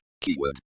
keyword